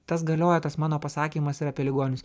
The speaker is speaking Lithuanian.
tas galioja tas mano pasakymas ir apie ligonius